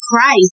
Christ